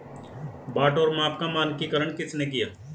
बाट और माप का मानकीकरण किसने किया?